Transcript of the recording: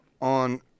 on